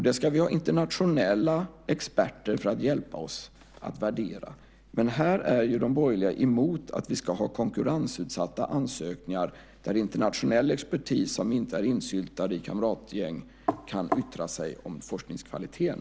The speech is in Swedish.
Där ska vi ha internationella experter för att hjälpa oss att värdera. Här är de borgerliga emot att vi ska ha konkurrensutsatta ansökningar där internationell expertis, som inte är insyltad i kamratgäng, kan yttra sig om forskningskvaliteten.